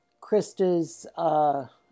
Krista's